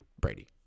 Brady